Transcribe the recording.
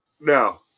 Now